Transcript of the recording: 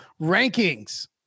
rankings